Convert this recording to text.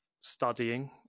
studying